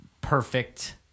perfect